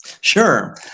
Sure